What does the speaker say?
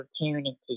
opportunity